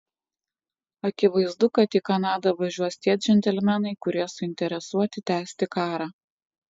akivaizdu kad į kanadą važiuos tie džentelmenai kurie suinteresuoti tęsti karą